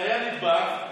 שהיה נדבק,